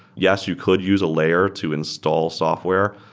yes, you could use a layer to install software.